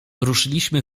ruszyliśmy